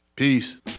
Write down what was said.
Peace